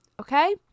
Okay